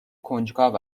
کنجکاو